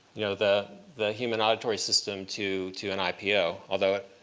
you know the the human auditory system to to an ipo, although